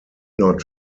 not